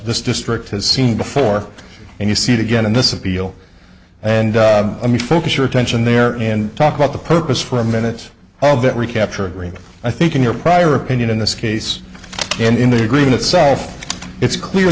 this district has seen before and you see it again in this appeal and let me focus your attention there and talk about the purpose for a minute or a bit recapture green i think in your prior opinion in this case and in the agreement itself it's clear